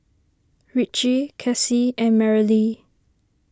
Ritchie Cassie and Merrily